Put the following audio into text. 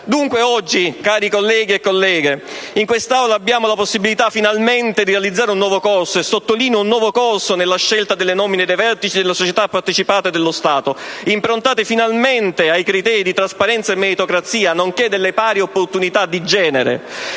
Dunque oggi, cari colleghi e colleghe, in quest'Aula abbiamo finalmente la possibilità di realizzare un nuovo corso ‑ lo sottolineo: un nuovo corso ‑ nella scelta delle nomine dei vertici delle società partecipate dallo Stato, improntato finalmente a iriteri di trasparenza e meritocrazia, nonché alle pari opportunità di genere.